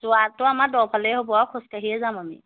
যোৱাটো আমাৰ দফালেই হ'ব আৰু খোজকাঢ়িয়ে যাম আমি